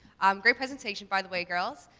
um, great presentation by the way girls.